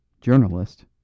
journalist